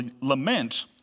lament